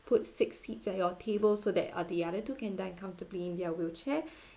put six seats at your table so that uh the other two can dine comfortably in their wheelchair